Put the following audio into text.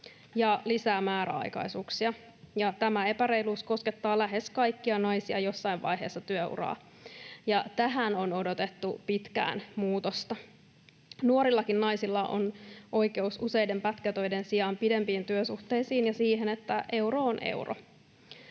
ja lisää määräaikaisuuksia, ja tämä epäreiluus koskettaa lähes kaikkia naisia jossain vaiheessa työuraa, ja tähän on odotettu pitkään muutosta. Nuorillakin naisilla on oikeus useiden pätkätöiden sijaan pidempiin työsuhteisiin ja siihen, että euro on euro.